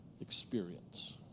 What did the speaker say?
experience